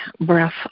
breath